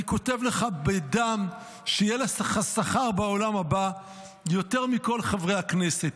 אני כותב לך בדם שיהיה לך שכר בעולם הבא יותר מכל חברי הכנסת.